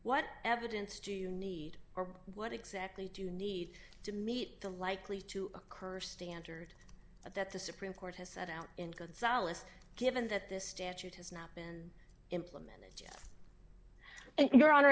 what evidence do you need or what exactly do you need to meet the likely to occur standard that the supreme court has set out in good solace given that this statute has not been implemented and your hon